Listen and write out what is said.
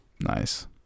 Nice